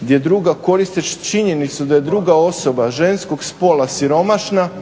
gdje druga, koristeći činjenicu da je druga osoba ženskog spola siromašna